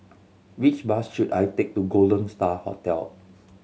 which bus should I take to Golden Star Hotel